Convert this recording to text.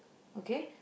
okay